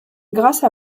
grâce